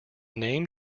name